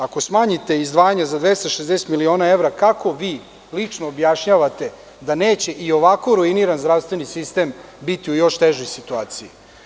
Ako smanjite izdvajanje za 260 miliona evra, kako vi lično objašnjavate da neće i ovako ruiniran zdravstveni sistem biti u još težoj situaciji?